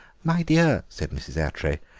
my dear, said mrs. attray,